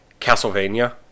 Castlevania